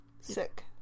sick